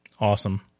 Awesome